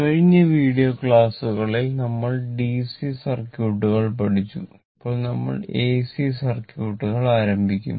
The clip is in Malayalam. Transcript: കഴിഞ്ഞ വീഡിയോ ക്ലാസുകളിൽ നമ്മൾ ഡിസി സർക്യൂട്ടുകൾ പഠിച്ചു ഇപ്പോൾ നമ്മൾ എസി സർക്യൂട്ടുകൾ ആരംഭിക്കും